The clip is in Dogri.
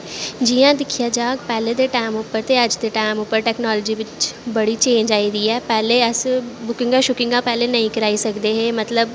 जियां दिखेआ जा पैह्लें दे टाईम बिच्च ते अज्ज दे टैम उप्पर टैकनॉलजी बिच्च बड़ी चेंज़ आई दी ऐ पैह्लें अस बुकिंगा शुकिंगां अस नेंई कराई सकदे हे मतलव